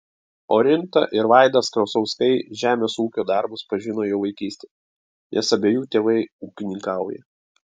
orinta ir vaidas krasauskai žemės ūkio darbus pažino jau vaikystėje nes abiejų tėvai ūkininkauja